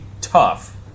tough